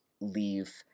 leave